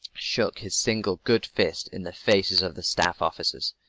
shook his single good fist in the faces of the staff officers,